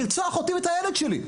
זה לרצוח אותי ואת הילד שלי.